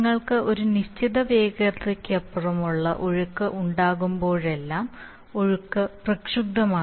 നിങ്ങൾക്ക് ഒരു നിശ്ചിത വേഗതയ്ക്കപ്പുറമുള്ള ഒഴുക്ക് ഉണ്ടാകുമ്പോഴെല്ലാം ഒഴുക്ക് പ്രക്ഷുബ്ധമാണ്